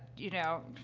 you know,